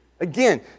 Again